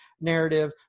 narrative